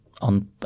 on